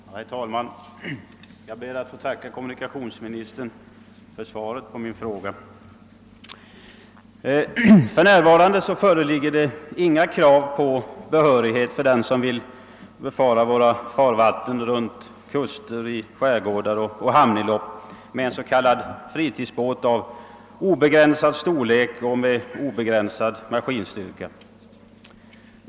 Herr talman! Jag ber att få tacka kommunikationsministern för svaret på min fråga. För närvarande föreligger inga krav på behörighet för den som vill trafikera våra farvatten längs kuster, i skärgårdar och i hamninlopp med s.k. fritidsbåt av obegränsad storlek och med obegränsad motorstyrka.